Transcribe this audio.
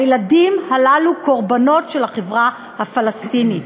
הילדים הללו קורבנות של החברה הפלסטינית,